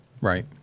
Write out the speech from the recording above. Right